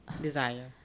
Desire